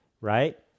right